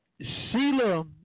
Sheila